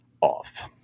off